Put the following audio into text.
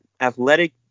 athletic